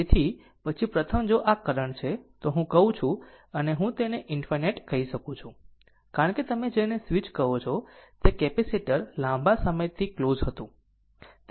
તેથી પછી પ્રથમ જો આ કરંટ છે તો હું કહું છું પછી હું તેને ∞ કહી શકું છું કારણ કે તમે જેને સ્વીચ કહો છો તે કેપેસિટર લાંબા સમયથી ક્લોઝ હતું